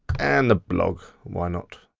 and the blog, why not.